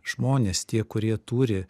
žmonės tie kurie turi